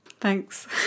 Thanks